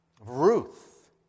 Ruth